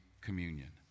communion